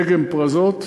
דגם "פרזות",